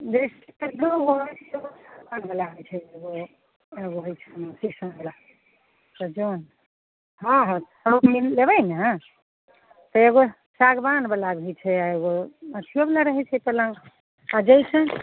जैसे सागवान बला होइ छै एगो होइ छै सीसम बला से जँ हँ हँ थौकमे लेबै ने तऽ एगो सागवान बला भी छै एगो अथियो बला रहै छै पलङ्ग आ जैसन